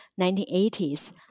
1980s